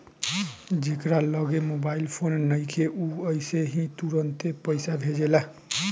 जेकरा लगे mobile phone नइखे उ अइसे ही तुरंते पईसा भेजेला